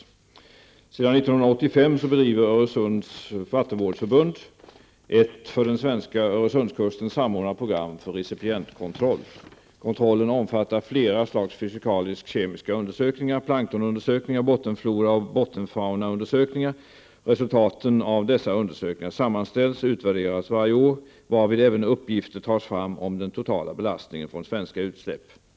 Sedan 1985 bedriver Öresunds vattenvårdsförbund ett för den svenska Öresundskusten samordnat program för recipientkontroll. Kontrollen omfattar flera slags fysikalisk-kemiska undersökningar, planktonundersökningar samt bottenflora och bottenfaunaundersökningar. Resultaten av dessa undersökningar sammanställs och utvärderas varje år, varvid även uppgifter tas fram om den totala belastningen från svenska utsläpp.